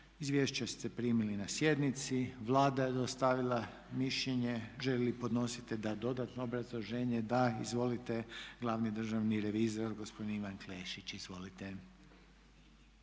Izvješća ste primili na sjednici. Vlada je dostavila mišljenje. Želi li podnositelj dati dodatno obrazloženje? Da. Izvolite, glavni državni revizor gospodin Ivan Klešić. Izvolite.